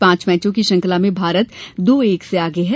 पांच मैचों की श्रृंखला में भारत दो एक से आगे है